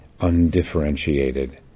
undifferentiated